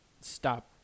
stop